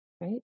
right